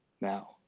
Now